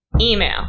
Email